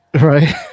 Right